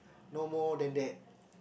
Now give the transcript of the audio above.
no more than that